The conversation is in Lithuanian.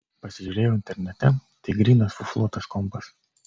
pasižiūrėjau internete tai grynas fuflo tas kompas